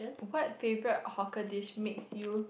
what favorite hawker dish makes you